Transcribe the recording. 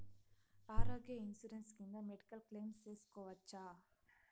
ఆరోగ్య ఇన్సూరెన్సు కింద medical claim సేసుకోవచ్చా?